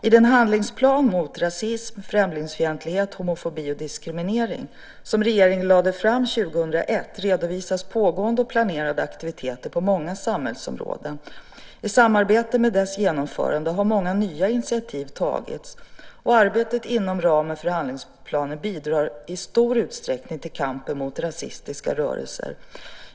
I den handlingsplan mot rasism, främlingsfientlighet, homofobi och diskriminering, som regeringen lade fram 2001, redovisas pågående och planerade aktiviteter på många samhällsområden. I samband med planens genomförande har ett stort antal nya initiativ tagits. Arbetet inom ramen för handlingsplanen bidrar i sig i stor utsträckning till kampen mot rasistiska rörelser.